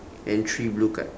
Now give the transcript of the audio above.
and three blue card